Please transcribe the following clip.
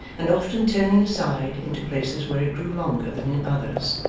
and often turning aside into places where it grew longer than in others,